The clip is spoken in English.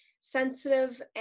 sensitive